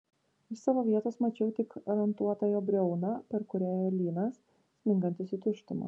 iš savo vietos mačiau tik rantuotą jo briauną per kurią ėjo lynas smingantis į tuštumą